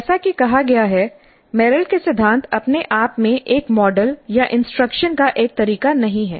जैसा कि कहा गया है मेरिल के सिद्धांत अपने आप में एक मॉडल या इंस्ट्रक्शन का एक तरीका नहीं हैं